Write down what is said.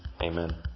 Amen